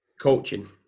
coaching